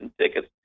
tickets